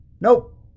Nope